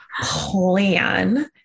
plan